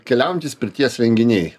keliaujantys pirties renginiai